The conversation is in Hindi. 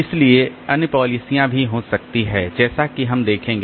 इसलिए अन्य पालिसीयां भी हो सकती हैं जैसा कि हम देखेंगे